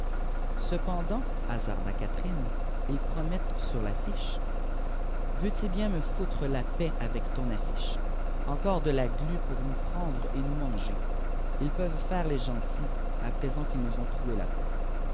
cependant hasarda catherine ils promettent sur l'affiche veux-tu bien me foutre la paix avec ton affiche encore de la glu pour nous prendre et nous manger ils peuvent faire les gentils à présent qu'ils nous ont troué la peau